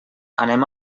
anem